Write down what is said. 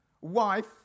wife